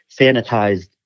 sanitized –